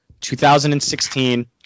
2016